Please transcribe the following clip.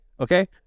okay